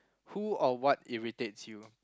who or what irritates you